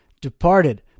departed